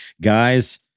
Guys